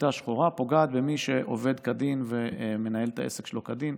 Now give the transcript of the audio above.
שחיטה שחורה פוגעת במי שעובד כדין ומנהל את העסק שלו כדין,